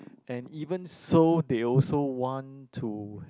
and even so they also want to